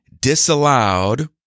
disallowed